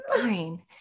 Fine